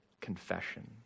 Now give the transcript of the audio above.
confession